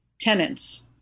tenants